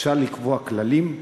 אפשר לקבוע כללים.